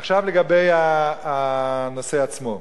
עכשיו לגבי הנושא עצמו: